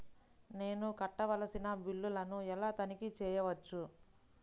నేను కట్టవలసిన బిల్లులను ఎలా తనిఖీ చెయ్యవచ్చు?